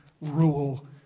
rule